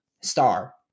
star